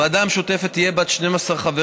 הוועדה המשותפת תהיה בת 12 חברים,